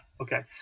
okay